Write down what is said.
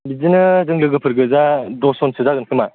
बिदिनो जों लोगोफोरगोजा दसज'नसो जागोन खोमा